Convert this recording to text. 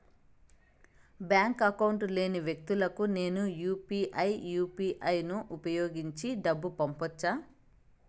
Bank account లేని వ్యక్తులకు నేను యు పి ఐ యు.పి.ఐ ను ఉపయోగించి డబ్బు పంపొచ్చా?